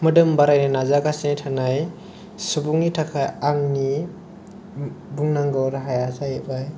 मोदोम बारायनो नाजागासिन थानाय सुबुंनि थाखाय आंनि बुंनांगौ राहाया जाहैबाय